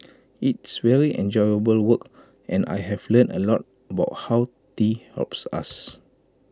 it's very enjoyable work and I've learnt A lot about how tea helps us